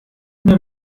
mir